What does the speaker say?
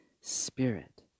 Spirit